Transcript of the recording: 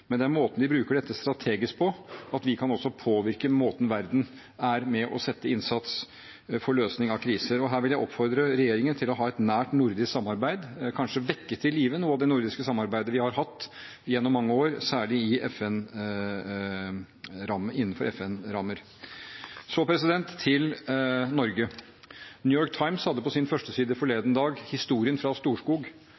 men det er måten vi bruker dette strategisk på – at vi også kan påvirke måten verden er med på å sette inn innsats og få løsning av kriser. Her vil jeg oppfordre regjeringen til å ha et nært nordisk samarbeid og kanskje vekke til live noe av det nordiske samarbeidet vi har hatt gjennom mange år, særlig innenfor FN-rammer. Så til Norge: New York Times hadde på sin førsteside forleden dag historien fra Storskog